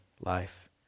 life